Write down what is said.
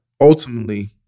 ultimately